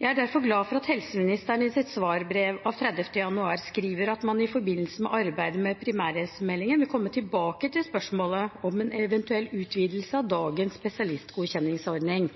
Jeg er derfor glad for at helseministeren i sitt svarbrev av 30. januar skriver at man i forbindelse med arbeidet med primærhelsemeldingen vil komme tilbake til spørsmålet om en eventuell utvidelse av dagens spesialistgodkjenningsordning.